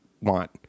want